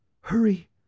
Hurry